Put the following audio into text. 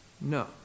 No